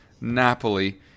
Napoli